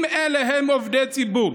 אם אלה עובדי ציבור,